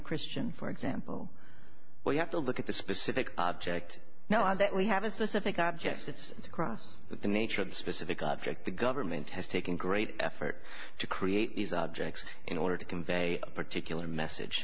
christian for example well you have to look at the specific object now that we have a specific object it's across the nature of the specific object the government has taken great effort to create these objects in order to convey a particular message